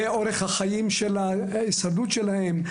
באורך החיים של ההישרדות שלהן,